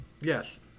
Yes